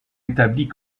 établit